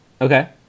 Okay